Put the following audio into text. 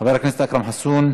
חבר הכנסת אכרם חסון.